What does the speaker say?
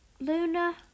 Luna